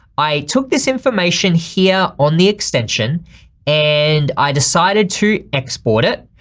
i took this information here on the extension and i decided to export it.